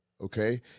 okay